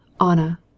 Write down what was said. anna